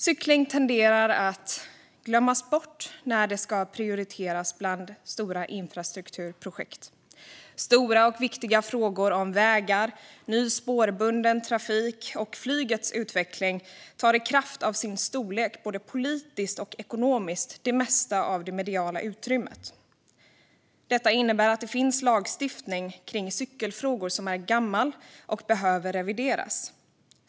Cykling tenderar att glömmas bort när det ska prioriteras bland stora infrastrukturprojekt. Stora och viktiga frågor om vägar, ny spårbunden trafik och flygets utveckling tar i kraft av sin storlek, både politiskt och ekonomiskt, det mesta av det mediala utrymmet. Detta innebär att det finns lagstiftning kring cykelfrågor som är gammal och behöver revideras.